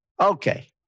Okay